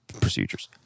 procedures